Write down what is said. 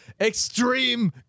Extreme